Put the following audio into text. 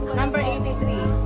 number eighty three.